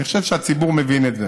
אני חושב שהציבור מבין את זה,